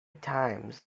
times